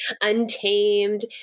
untamed